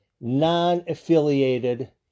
non-affiliated